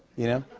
you know?